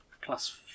Plus